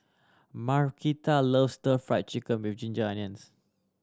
Markita loves Stir Fry Chicken with ginger onions